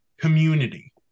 community